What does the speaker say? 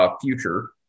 future